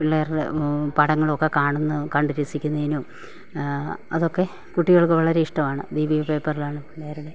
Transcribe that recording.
പിള്ളേർടെ പടങ്ങളൊക്കെ കാണുന്നെ കണ്ടുരസിക്കുന്നെനും അതൊക്കെ കുട്ടികൾക്കു വളരെ ഇഷ്ടമാണ് ദീപിക പേപ്പറിലാണ് പിള്ളേരുടെ